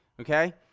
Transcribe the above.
okay